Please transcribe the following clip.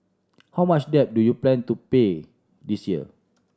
how much debt do you plan to pay this year